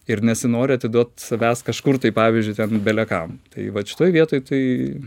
ir nesinori atiduot savęs kažkur tai pavyzdžiui tai belekam tai vat šitoj vietoj tai